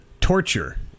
Torture